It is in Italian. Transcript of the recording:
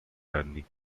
anni